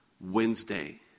Wednesday